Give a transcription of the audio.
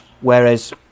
Whereas